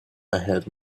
ahead